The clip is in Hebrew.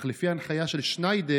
אך לפי הנחיה של שניידר,